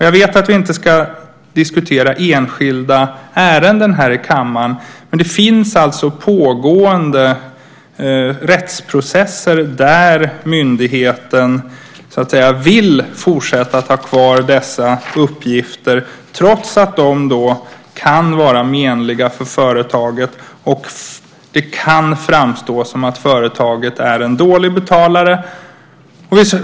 Jag vet att vi inte ska diskutera enskilda ärenden i kammaren, men det finns alltså pågående rättsprocesser där myndigheten så att säga vill fortsätta att ha kvar dessa uppgifter trots att de kan vara menliga för företaget och det kan framstå som att företaget är en dålig betalare.